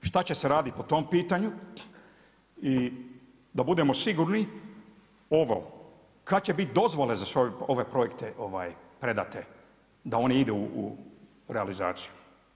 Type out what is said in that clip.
Šta će se raditi po tom pitanju i da budemo sigurni, ovo, kad će biti dozvole za sve ove projekte predate, da oni idu u realizaciju?